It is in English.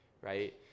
right